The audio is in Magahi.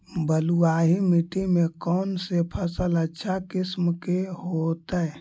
बलुआही मिट्टी में कौन से फसल अच्छा किस्म के होतै?